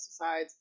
pesticides